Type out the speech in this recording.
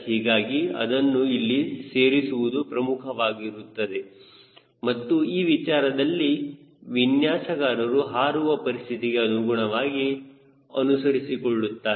ಹೀಗಾಗಿ ಅದನ್ನು ಇಲ್ಲಿ ಸೇರಿಸುವುದು ಪ್ರಮುಖವಾಗುತ್ತದೆ ಮತ್ತು ಈ ವಿಚಾರದಲ್ಲಿ ವಿನ್ಯಾಸಗಾರರು ಹಾರುವ ಪರಿಸ್ಥಿತಿಗೆ ಅನುಗುಣವಾಗಿ ಅನುಸರಿಸಿಕೊಳ್ಳುತ್ತಾರೆ